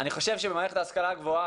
מערכת ההשכלה הגבוהה,